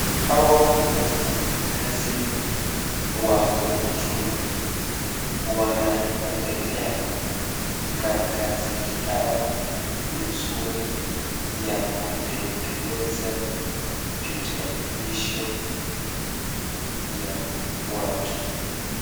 Hawa wafanyikazi wa huduma wanaendelea na kazi yao mzuri ya kutengeneza kitambulisho ya watu.